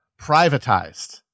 privatized